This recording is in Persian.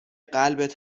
قلبت